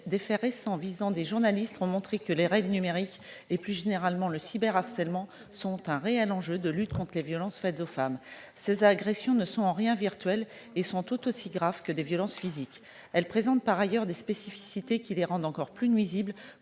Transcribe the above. Des faits récents visant des journalistes ont montré que les « raids numériques » et, plus généralement, le cyberharcèlement sont un réel enjeu de lutte contre les violences faites aux femmes. Ces agressions ne sont en rien virtuelles et sont tout aussi graves que des violences physiques. Elles présentent par ailleurs des spécificités qui les rendent encore plus nuisibles